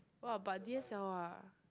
!wah! but d_s_l_r